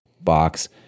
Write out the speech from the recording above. box